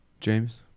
James